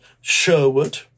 Sherwood